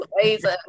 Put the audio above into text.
amazing